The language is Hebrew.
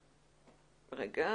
חכם,